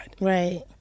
Right